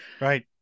Right